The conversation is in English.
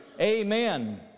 Amen